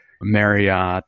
Marriott